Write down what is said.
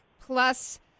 Plus